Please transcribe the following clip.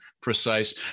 precise